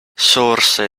sorse